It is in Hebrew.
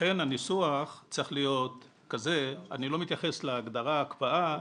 אני לא מתייחס להגדרה הקפאה,